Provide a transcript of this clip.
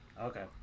Okay